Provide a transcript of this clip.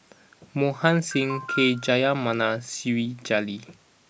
Mohan Singh K Jayamani siri Jalil